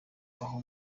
aho